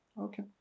Okay